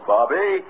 Bobby